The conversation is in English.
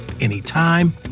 anytime